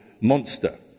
monster